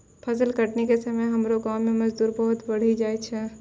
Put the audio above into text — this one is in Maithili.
फसल कटनी के समय हमरो गांव मॅ मजदूरी बहुत बढ़ी जाय छै